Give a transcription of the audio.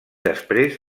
després